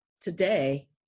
today